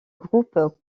groupe